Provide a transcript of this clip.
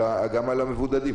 גם על המבודדים,